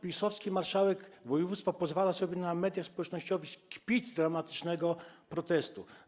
PiS-owski marszałek województwa pozwala sobie kpić w mediach społecznościowych z dramatycznego protestu.